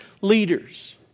leaders